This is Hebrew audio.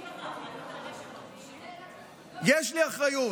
יש לך אחריות על מה שהם מרגישים, יש לי אחריות.